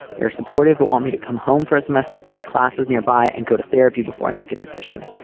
they're supportive but want me to come home for a semester take classes nearby and go to therapy before i make a decision.